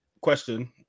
question